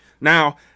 Now